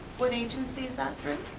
what agency is that through?